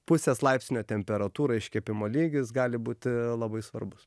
pusės laipsnio temperatūra iškepimo lygis gali būti labai svarbus